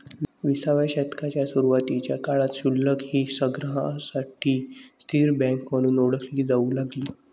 विसाव्या शतकाच्या सुरुवातीच्या काळात गुल्लक ही संग्राहकांसाठी स्थिर बँक म्हणून ओळखली जाऊ लागली